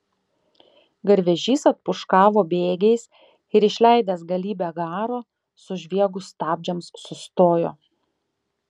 garvežys atpūškavo bėgiais ir išleidęs galybę garo sužviegus stabdžiams sustojo